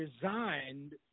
designed